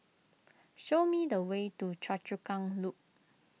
show me the way to Choa Chu Kang Loop